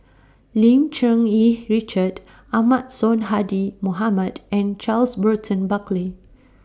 Lim Cherng Yih Richard Ahmad Sonhadji Mohamad and Charles Burton Buckley